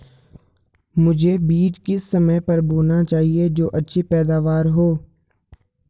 मुझे बीज किस समय पर बोना चाहिए जो अच्छी पैदावार हो?